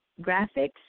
Graphics